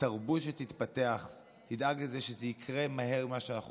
התרבות שתתפתח תדאג שזה יקרה מהר ממה שאנחנו חושבים.